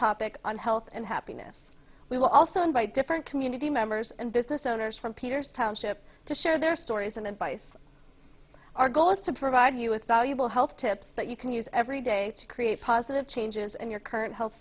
topic on health and happiness we will also invite different community members and business owners from peter's township to share their stories and advice our goal is to provide you with valuable health tips that you can use every day to create positive changes in your current health